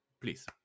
Please